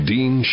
Dean